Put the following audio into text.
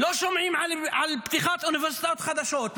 לא שומעים על פתיחת אוניברסיטאות חדשות,